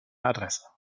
adresse